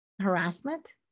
harassment